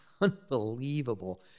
unbelievable